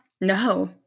No